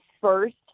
first